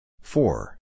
Four